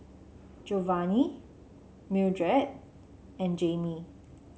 Jovani Mildred and Jamie